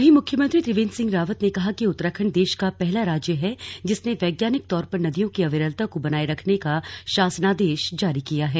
वहीं मुख्यमंत्री त्रिवेंद्र सिंह रावत ने कहा कि उत्तराखंड देश का पहला राज्य है जिसने वैज्ञानिक तौर पर नदियों की अविरलता को बनाये रखने का शासनादेश जारी किया है